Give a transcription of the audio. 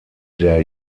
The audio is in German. der